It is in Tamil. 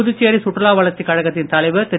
புதுச்சேரி சுற்றுலா வளர்ச்சிக் கழகத்தின் தலைவர் திரு